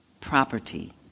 property